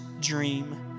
dream